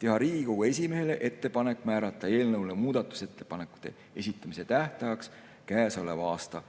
teha Riigikogu esimehele ettepaneku määrata eelnõu muudatusettepanekute esitamise tähtajaks käesoleva aasta